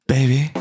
Baby